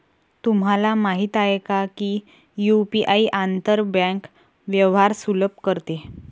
तुम्हाला माहित आहे का की यु.पी.आई आंतर बँक व्यवहार सुलभ करते?